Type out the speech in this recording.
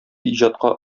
иҗатка